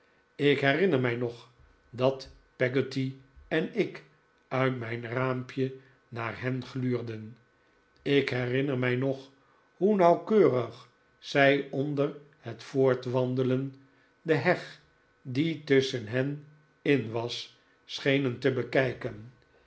ik herinner mij nog dat peggotty en ik uit mijn raampje naar hen gluurden ik herinner mij nog hoe nauwkeurig zij onder het voortwandelen de heg die tusschen hen in was schenen te bekijken